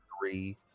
three